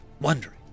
wondering